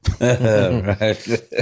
Right